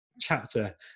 chapter